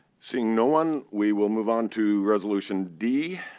seeing no one, we will move on to resolution d.